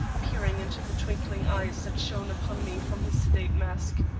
peering into the twinkling eyes that shone upon me from his sedate mask.